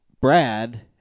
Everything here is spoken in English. Brad